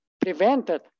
prevented